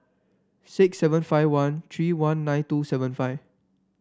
six seven five one three one nine two seven five